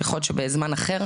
יכול להיות שבזמן אחר,